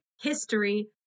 history